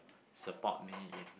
support me in